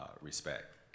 respect